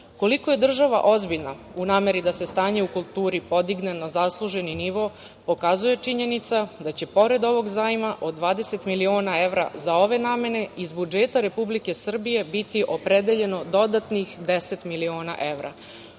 evra. Koliko je država ozbiljna u nameri da se stanje u kulturi podigne na zasluženi nivo, pokazuje činjenica da će pored ovog zajma od 20 miliona evra za ove namene iz budžeta Republike Srbije biti opredeljeno dodatnih 10 miliona